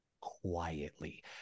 quietly